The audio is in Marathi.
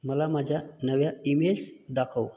मला माझ्या नव्या ईमेल्स दाखव